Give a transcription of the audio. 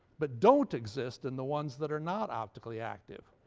but don't exist in the ones that are not optically active?